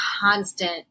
constant